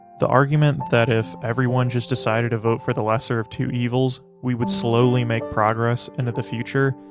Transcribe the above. the argument that if everyone just decided to vote for the lesser of two evils, we would slowly make progress into the future,